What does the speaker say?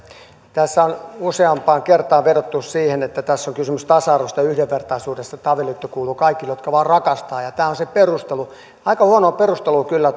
tässä on useampaan kertaan vedottu siihen että tässä on kysymys tasa arvosta ja yhdenvertaisuudesta että avioliitto kuuluu kaikille jotka vain rakastavat ja tämä on se perustelu aika huonoa perustelua kyllä